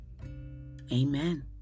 Amen